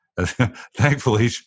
Thankfully